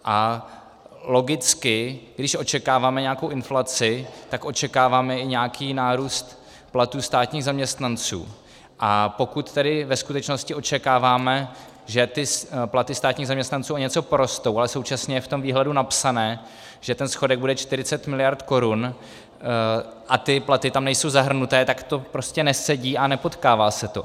A logicky když očekáváme nějakou inflaci, tak očekáváme i nějaký nárůst platů státních zaměstnanců, a pokud tedy ve skutečnosti očekáváme, že ty platy státních zaměstnanců o něco porostou, ale současně je v tom výhledu napsané, že schodek bude 40 mld. korun, a ty platy tam nejsou zahrnuté, tak to prostě nesedí a nepotkává se to.